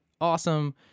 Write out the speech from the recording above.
awesome